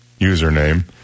username